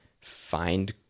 find